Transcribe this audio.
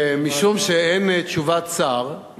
משום שאין תשובת שר,